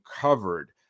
covered